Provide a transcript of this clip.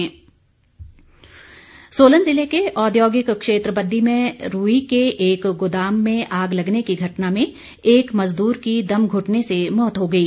आग सोलन ज़िले के औद्योगिक क्षेत्र बद्दी में रूई के एक गोदाम में आग लगने की घटना में एक मजदूर की दम घुटने से मौत हो गई